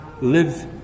live